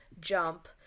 Jump